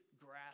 grasp